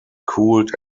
cooled